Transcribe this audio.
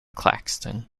claxton